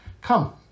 come